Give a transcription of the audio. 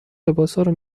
لباسارو